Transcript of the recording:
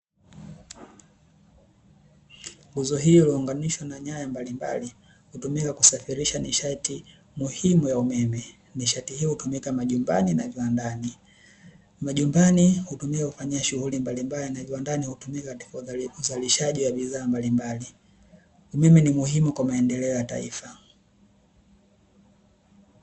Nguzo hiyo imeunganishwa na nyaya mbali mbali, hutumika kusafirisha nishati muhimu ya umeme. Nishati hii hutumika majumbani na viwandani. Majumbani hutumika kufanyia shughuli mbali mbali na viwandani hutumika kwa ajili ya uzalishaji wa bidhaa mbali mbali. Umeme ni muhimu kwa maendeleo ya taifa.